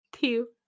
two